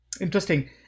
Interesting